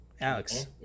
Alex